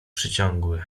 przeciągły